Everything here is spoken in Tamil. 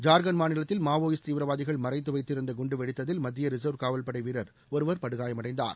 ஜார்க்கண்ட் மாநிலத்தில் மாவோயிஸ்ட் தீவிரவாதிகள் மறைத்து வைத்திருந்த குண்டு வெடித்ததில் மத்திய ரிசர்வ் காவல்படை வீரர் ஒருவர் படுகாயமடைந்தார்